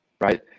right